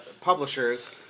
publishers